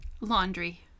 laundry